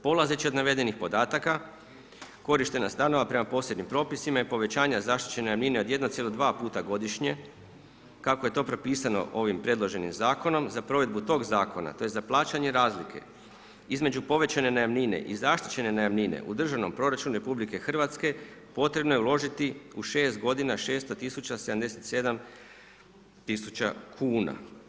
Polazeći od navedenih podataka, korištenje stanova prema posebnim propisima i povećanje zaštićene amine od 1,2 puta godišnje, kako je to propisano ovim predloženim zakonom, za provedbu tog zakona, tj. za plaćanje razlike, između povećanje najamnine i zaštićene najamnine u državnom proračunu RH potrebno je uložiti u 6 g. 600 tisuća 77 tisuća kuna.